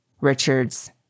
Richard's